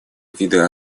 виды